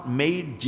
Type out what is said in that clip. made